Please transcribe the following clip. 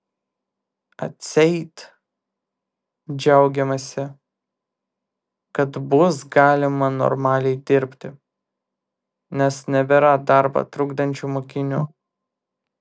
atseit džiaugiamasi kad bus galima normaliai dirbti nes nebėra darbą trukdančių mokinių